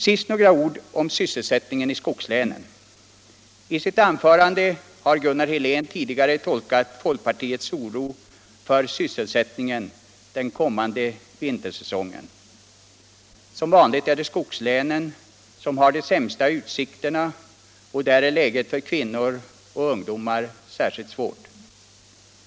Sist några ord om sysselsättningen i skogslänen. I sitt anförande har Gunnar Helén tidigare tolkat folkpartiets oro för sysselsättningen den kommande vintersäsongen. Som vanligt är det skogslänen som har de sämsta utsikterna, och där är läget för kvinnor och ungdomar särskilt svårt.